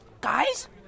Guys